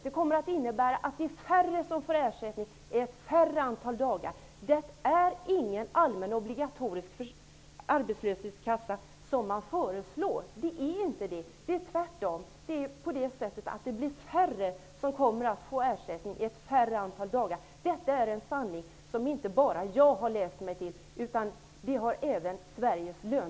Det kommer att innebära att färre människor får ersättning ett färre antal dagar. Det är ingen allmän obligatorisk arbetslöshetskassa som föreslås, tvärtom. Denna sanning, Sigge Godin, har inte bara jag läst mig till utan även